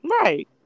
Right